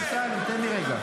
השר אמסלם, תן לי רגע.